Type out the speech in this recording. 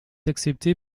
acceptée